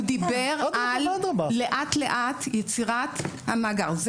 הוא דיבר על לאט לאט יצירת המאגר.